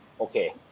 Okay